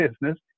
business